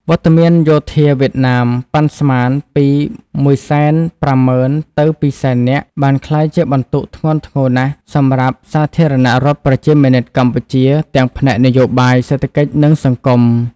វត្តមានយោធាវៀតណាមប៉ាន់ស្មានពី ១៥០.០០០ ទៅ ២០០.០០០ នាក់ បានក្លាយជាបន្ទុកធ្ងន់ធ្ងរណាស់សម្រាប់ សាធារណរដ្ឋប្រជាមានិតកម្ពុជា ទាំងផ្នែកនយោបាយ សេដ្ឋកិច្ច និងសង្គម។